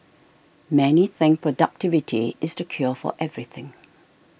many think productivity is the cure for everything